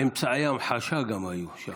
גם אמצעי המחשה היו שם.